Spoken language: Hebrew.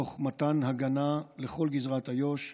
תוך מתן הגנה לכל גזרת איו"ש,